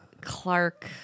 Clark